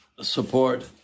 support